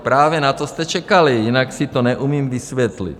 Právě na to jste čekali, jinak si to neumím vysvětlit.